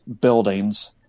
buildings